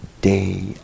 day